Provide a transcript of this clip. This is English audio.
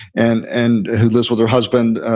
and and who lives with her husband.